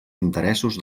interessos